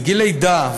מגיל לידה,